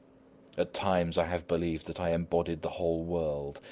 at times i have believed that i embodied the whole world,